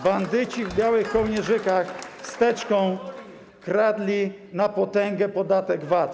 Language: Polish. Bandyci w białych kołnierzykach z teczką kradli na potęgę podatek VAT.